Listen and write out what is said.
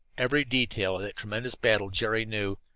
every detail of that tremendous battle jerry knew.